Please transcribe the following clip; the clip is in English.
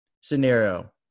scenario